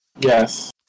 Yes